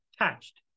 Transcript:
attached